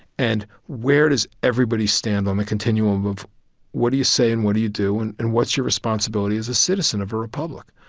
and where does everybody stand on the continuum of what do you say and what do you do and and what's your responsibility as a citizen of a republic?